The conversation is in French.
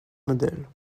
modèle